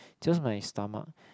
just my stomach